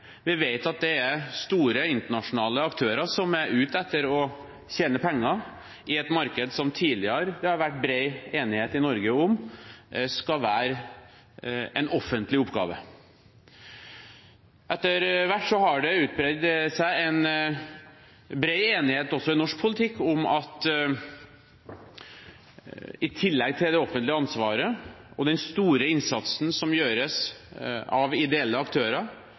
vi vet at det er store internasjonale aktører som er ute etter å tjene penger i et marked som det tidligere har vært bred enighet i Norge om skal være en offentlig oppgave. Etter hvert har det utviklet seg en bred enighet også i norsk politikk om at i tillegg til det offentlige ansvaret og den store innsatsen som gjøres av ideelle aktører